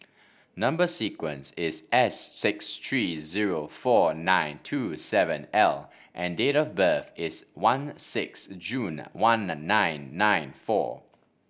number sequence is S six three zero four nine two seven L and date of birth is one six June one nine nine four